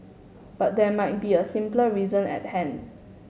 but there might be a much simpler reason at hand